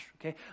okay